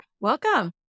welcome